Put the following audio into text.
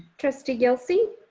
trustee yelsey.